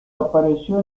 apareció